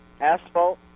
asphalt